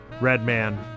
Redman